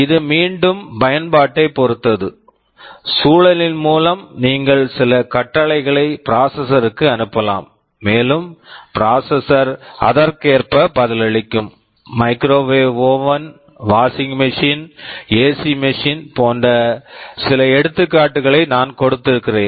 இது மீண்டும் பயன்பாட்டைப் பொறுத்தது சூழலின் மூலம் நீங்கள் சில கட்டளைகளை ப்ராசெஸஸர்க்கு processor க்கு அனுப்பலாம் மேலும் ப்ராசெஸஸர் processor அதற்கேற்ப பதிலளிக்கும் microwave oven microwave oven washing machine washing machine AC machine AC machine போன்ற சில எடுத்துக்காட்டுகளை நான் கொடுத்திருக்கிறேன்